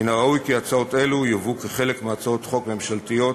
מן הראוי כי הצעות אלו יובאו כחלק מהצעות חוק ממשלתיות,